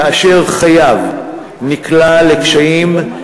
כאשר חייב נקלע לקשיים,